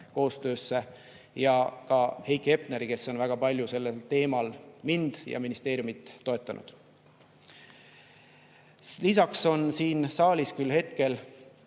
koostöösse, samuti Heiki Hepneri, kes on väga palju sellel teemal mind ja ministeeriumit toetanud. Lisaks on siin saalis – hetkel